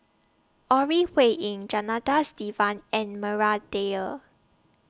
Ore Huiying Janadas Devan and Maria Dyer